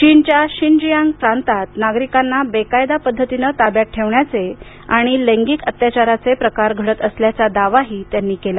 चीनच्या शिनजिआंग प्रांतात नागरिकांना बेकायदा पद्धतीनं ताब्यात ठेवण्याचे आणि लैंगिक अत्याचाराचे प्रकार घडत असल्याचा दावाही त्यांनी केला